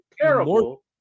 terrible